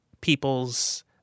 people's